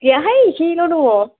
गैयाहाय इसेल' दङ